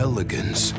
Elegance